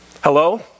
Hello